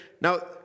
Now